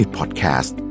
podcast